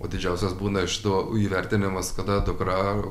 o didžiausias būna iš to įvertinimas kada dukra